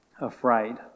afraid